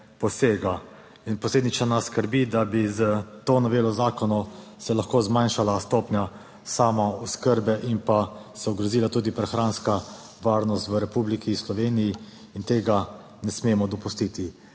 posega. Posledično nas skrbi, da bi se s to novelo zakona lahko zmanjšala stopnja samooskrbe in ogrozila tudi prehranska varnost v Republiki Sloveniji, in tega ne smemo dopustiti.